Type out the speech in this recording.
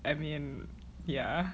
I mean yeah